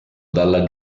dalla